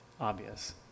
obvious